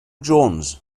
jones